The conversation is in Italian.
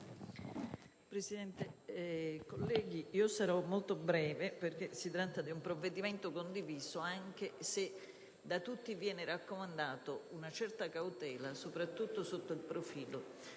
Presidente, onorevoli colleghi, sarò molto breve trattandosi di un provvedimento condiviso, anche se da tutti viene raccomandata una certa cautela, soprattutto sotto il profilo